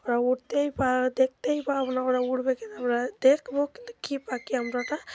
ওরা উড়তেই পারে দেখতেই পাবো না ওরা উঠবে কিন্তু আমরা দেখবো কিন্তু কী পাখি কি আমরা ওটা